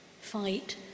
fight